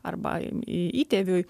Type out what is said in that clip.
arba į įtėviui